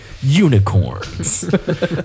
unicorns